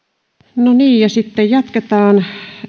no niin ja sitten jatketaan